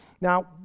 Now